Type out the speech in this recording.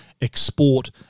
export